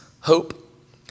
hope